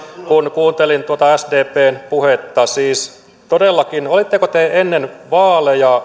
kun kuuntelin tuota sdpn puhetta siis todellakin olitteko te ennen vaaleja